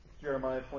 Jeremiah